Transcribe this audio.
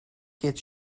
gets